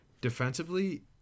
Defensively